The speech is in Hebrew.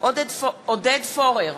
עודד פורר,